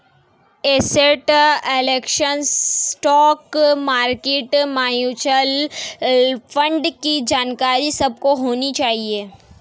asset allocation, stock market, mutual fund की जानकारी सबको होनी चाहिए